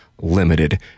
limited